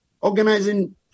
organizing